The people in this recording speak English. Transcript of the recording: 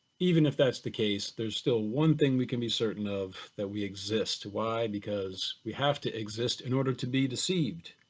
even if that's the case, there's still one thing we can be certain of that we exist, why? because we have to exist in order to be deceived.